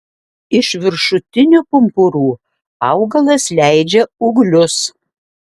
iš viršutinių pumpurų augalas leidžia ūglius